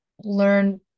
learn